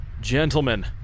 Gentlemen